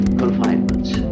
confinements